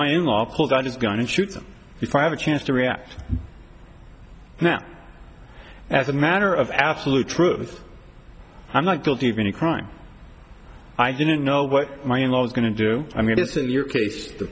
my in laws pulled out his gun and shoots him if i have a chance to react now as a matter of absolute truth i'm not guilty of any crime i didn't know what my in laws going to do i mean it's in your case the